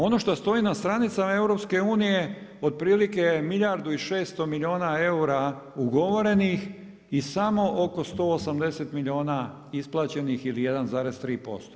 Ono što stoji na stranicama EU otprilike milijardu i 600 milijuna eura ugovorenih i samo oko 180 milijuna isplaćenih ili 1,3%